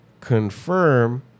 confirm